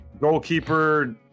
goalkeeper